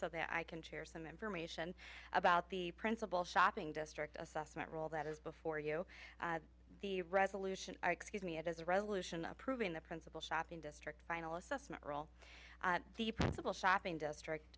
so that i can share some information about the principal shopping district assessment role that is before you the resolution or excuse me it as a resolution approving the principal shopping district final assessment role the principal shopping district